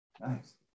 Nice